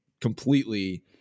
completely